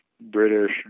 British